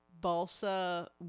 balsa